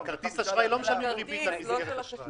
בכרטיס אשראי לא משלמים ריבית על מסגרת אשראי.